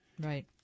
Right